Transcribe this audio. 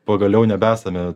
pagaliau nebesame